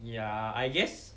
ya I guess